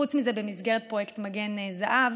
חוץ מזה, במסגרת פרויקט מגן זהב